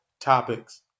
topics